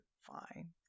Fine